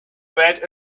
bread